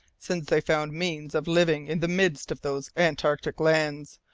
since they found means of living in the midst of those antarctic lands,